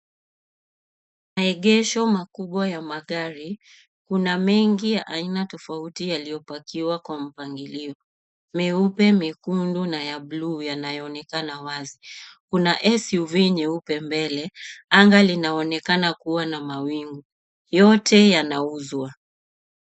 Maegesho makubwa ya magari, kuna mengi ya aina tofauti yaliyopakiwa kwa mpangilio. Meupe, mekunde na ya bluu yanaonekana wazi. Kuna suv nyeupe mbele, anga linaonekana kuwa na mawingu, yote yanauzwa.